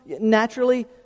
naturally